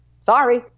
Sorry